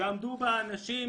שעמדו בה אנשים